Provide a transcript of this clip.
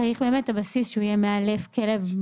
צריך שהבסיס יהיה שהוא מאלף כלב.